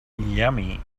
yummy